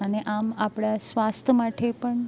અને આમ આપણા સ્વાસ્થ્ય માટે પણ